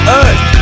earth